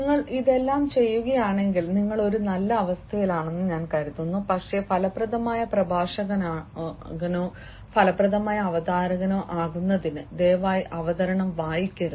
നിങ്ങൾ ഇതെല്ലാം ചെയ്യുകയാണെങ്കിൽ നിങ്ങൾ ഒരു നല്ല അവസ്ഥയിലാണെന്ന് ഞാൻ കരുതുന്നു പക്ഷേ ഫലപ്രദമായ പ്രഭാഷകനോ ഫലപ്രദമായ അവതാരകനോ ആകുന്നതിന് ദയവായി അവതരണം വായിക്കരുത്